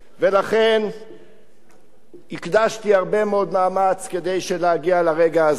לכן הקדשתי הרבה מאוד מאמץ כדי להגיע לרגע הזה.